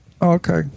Okay